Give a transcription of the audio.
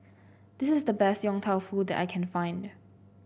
this is the best Yong Tau Foo that I can find